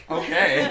okay